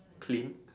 clean